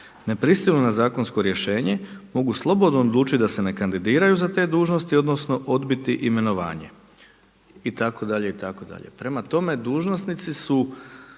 Ne pristaju li na zakonsko rješenje mogu slobodno odlučiti da se ne kandidiraju za te dužnosti odnosno odbiti imenovanje“, itd., itd.. Prema tome dužnosnici su